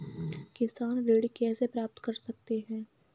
किसान ऋण कैसे प्राप्त कर सकते हैं?